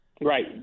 Right